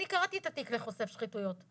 אני קראתי את התיק לחושף שחיתויות,